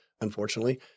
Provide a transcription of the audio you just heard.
unfortunately